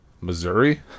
missouri